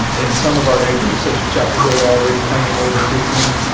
and some of our neighbors such as chapel hill are already paying and more than fifteen.